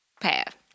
Path